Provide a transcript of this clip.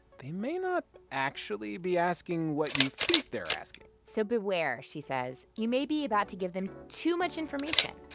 they may not actually be asking what you think they're asking so beware, she says. you may be about to give them too much information,